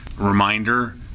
Reminder